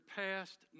past